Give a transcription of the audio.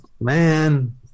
man